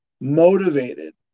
motivated